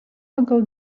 pagal